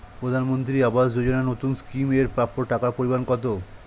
প্রধানমন্ত্রী আবাস যোজনায় নতুন স্কিম এর প্রাপ্য টাকার পরিমান কত?